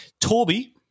Toby